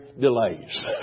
delays